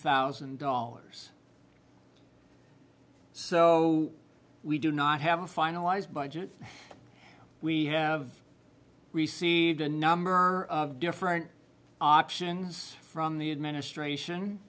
thousand dollars so we do not have a finalized budget we have received a number of different options from the administration